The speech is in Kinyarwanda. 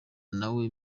nawe